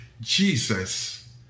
Jesus